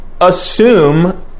assume